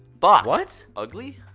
but what? ugly?